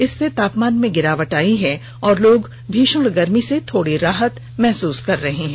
इससे तापमान में गिरावट आई है और लोग भीषण गर्मी से थोड़ी राहत महसूस कर रहे हैं